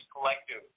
collective